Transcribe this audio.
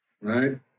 right